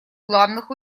главных